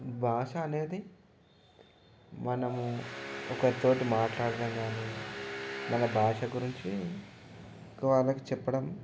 భాష అనేది మనము ఒకరితో మాట్లాడడం కానీ మన భాష గురించి పక్కవాళ్ళకి చెప్పడం